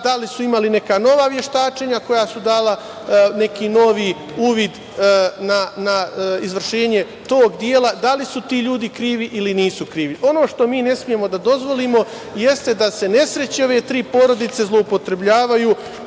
da li su imali neka nova veštačenja koja su dala neki novi uvid na izvršenje tog dela, da li su ti ljudi krivi ili nisu krivi. Ono što mi ne smemo da dozvolimo, jeste da se nesreće ove tri porodice zloupotrebljavaju